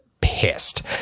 pissed